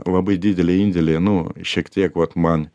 labai didelį indėlį nu šiek tiek vat man